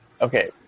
Okay